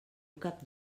cap